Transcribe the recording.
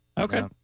Okay